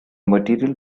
material